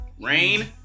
Rain